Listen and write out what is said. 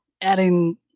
adding